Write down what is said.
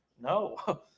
no